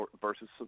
versus